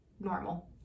normal